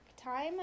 time